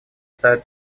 ставит